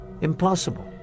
impossible